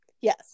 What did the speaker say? Yes